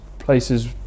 places